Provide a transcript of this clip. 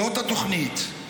זאת התוכנית,